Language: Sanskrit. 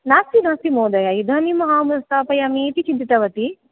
नास्ति नास्ति महोदय इदानीं अहं स्थापयामी इति चिन्तितवती